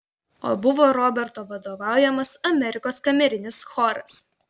o buvo roberto vadovaujamas amerikos kamerinis choras